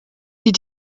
sie